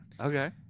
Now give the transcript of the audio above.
Okay